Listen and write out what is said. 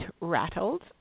rattled